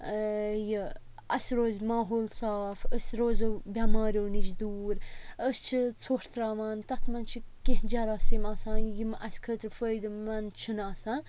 یہِ اَسہِ روزِ ماحول صاف أسۍ روزو بٮ۪ماریو نِش دوٗر أسۍ چھِ ژھۄٹھ تراوان تَتھ منٛز چھِ کینٛہہ جَراسِم آسان یِم اَسہِ خٲطرٕ فٲیدٕ مَنٛد چھِنہٕ آسان